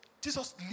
Jesus